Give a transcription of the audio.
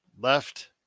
Left